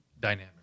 dynamic